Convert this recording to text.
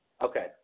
Okay